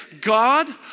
God